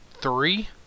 three